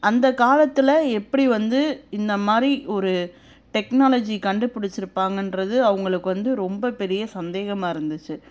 அந்த காலத்தில் எப்படி வந்து இந்த மாதிரி ஒரு டெக்னாலஜி கண்டுபிடிச்சிருப்பாங்கன்றது அவுங்களுக்கு வந்து ரொம்ப பெரிய சந்தேகமாக இருந்துச்சு